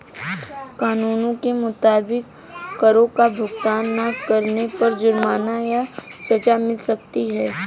कानून के मुताबिक, करो का भुगतान ना करने पर जुर्माना या सज़ा मिल सकती है